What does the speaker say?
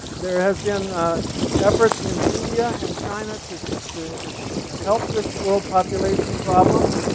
there has been efforts in india and china to so to help this world population problem.